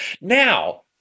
Now